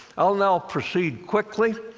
i'll now proceed quickly,